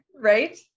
Right